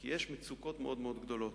כי יש מצוקות מאוד מאוד גדולות.